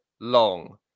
long